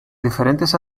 diferentes